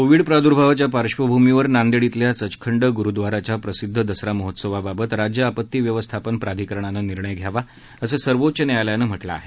Covid प्राद्भावाच्या पार्श्वभूमीवर नांदेड इथल्या सचखंड गुरुद्वाऱ्याच्या प्रसिद्ध दसरा महोत्सवाबाबत राज्य आपत्ती व्यवस्थापन प्राधिकरणानं निर्णय घ्यावा असं सर्वोच्च न्यायालयानं म्हटलं आहे